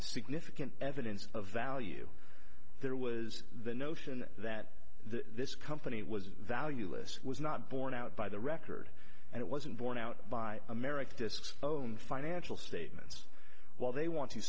significant evidence of value there was the notion that this company was valueless was not borne out by the record and it wasn't borne out by american disks own financial statements while they want to